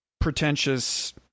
pretentious